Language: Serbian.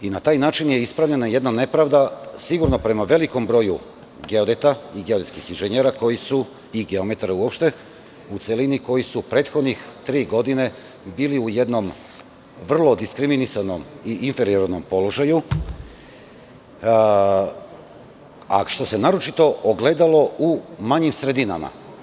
Na taj način je ispravljena jedna nepravda sigurno prema velikom broju geodeta i geodetskih inženjera i geometara uopšte, koji su prethodnih tri godine bili u jednom vrlo diskriminisanom i inferiornom položaju, a što se naročito ogledalo u manjim sredinama.